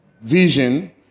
vision